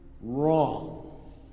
wrong